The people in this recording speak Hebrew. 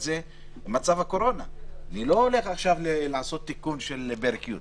אני לא הולך עכשיו לעשות תיקון של פרק י'.